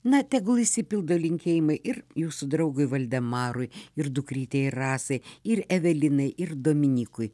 na tegul išsipildo linkėjimai ir jūsų draugui valdemarui ir dukrytei rasai ir evelinai ir dominykui